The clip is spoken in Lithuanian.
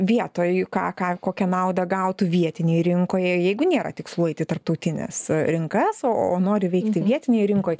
vietoj ką ką kokią naudą gautų vietinėj rinkoje jeigu nėra tikslų eiti į tarptautines rinkas o o nori veikti vietinėj rinkoj